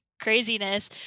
craziness